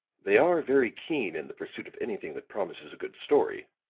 they are very keen in the pursuit of anything that promises a good story,